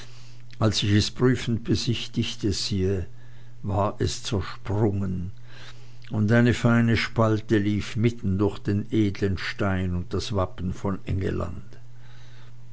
als ich es prüfend besichtigte siehe war es zersprungen und eine feine spalte lief mitten durch den edeln stein und das wappen von